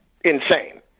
insane